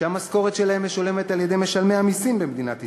שהמשכורת שלהם משולמת על-ידי משלמי המסים במדינת ישראל,